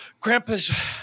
Grandpa's